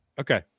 Okay